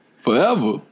Forever